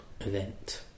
event